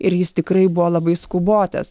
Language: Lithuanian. ir jis tikrai buvo labai skubotas